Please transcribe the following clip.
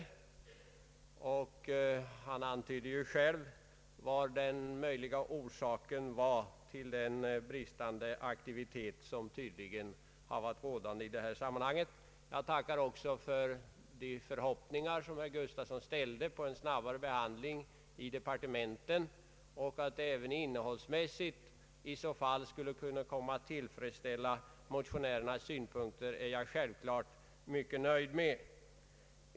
Herr Gustavsson antydde ju själv vilken den möjliga orsaken kunde vara till den bristande aktiviteten i detta sammanhang. Herr Gustavsson uttryckte också en förhoppning om en snabbare behandling av denna fråga i departementen. Att ett kommande lagförslag även innehållsmässigt skulle komma att tillfredsställa motionärernas synpunkter är jag självfallet mycket nöjd med.